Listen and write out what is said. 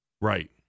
Right